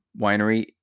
winery